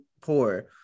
poor